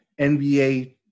NBA